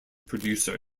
producer